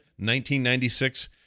1996